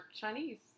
Chinese